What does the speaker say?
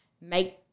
Make